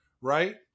right